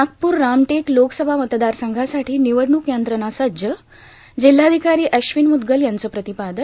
नागपूर रामटेक लोकसभा मतदारसंघासाठी निवडणूक यंत्रणा सज्ज जिल्हाधिकारी अश्विन मुद्गल यांचं प्रतिपादन